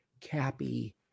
Cappy